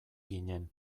ginen